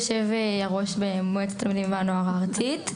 ראש מועצת התלמידים והנוער הארצית.